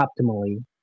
optimally